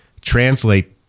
translate